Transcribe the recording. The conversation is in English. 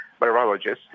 virologists